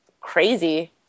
crazy